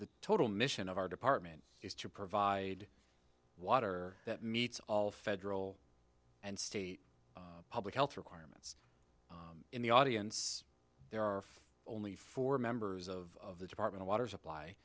the total mission of our department is to provide water that meets all federal and state public health requirements in the audience there are only four members of the department water supply